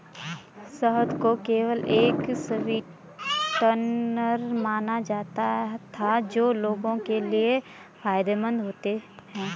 शहद को केवल एक स्वीटनर माना जाता था जो लोगों के लिए फायदेमंद होते हैं